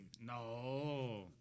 No